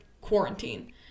quarantine